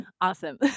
Awesome